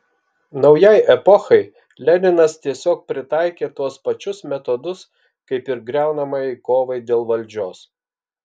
naujai epochai leninas tiesiog pritaikė tuos pačius metodus kaip ir griaunamajai kovai dėl valdžios